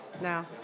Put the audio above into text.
no